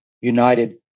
united